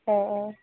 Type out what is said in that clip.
अ अ